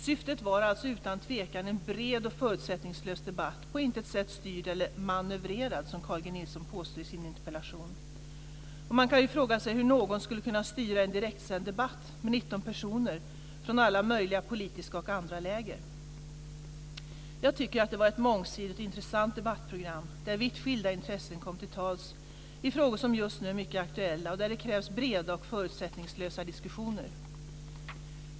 Syftet var alltså utan tvekan en bred och förutsättningslös debatt, på intet sätt styrd eller "manövrerad" som Carl G Nilsson påstår i sin interpellation. Och man kan ju fråga sig hur någon skulle kunna styra en direktsänd debatt med 19 personer från alla möjliga politiska och andra läger. Jag tycker att det var ett mångsidigt och intressant debattprogram där vitt skilda intressen kom till tals i frågor som just nu är mycket aktuella och där det krävs breda och förutsättningslösa diskussioner.